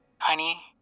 Honey